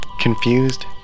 Confused